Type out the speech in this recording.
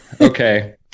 Okay